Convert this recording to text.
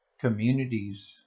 communities